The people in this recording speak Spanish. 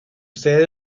sede